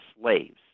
slaves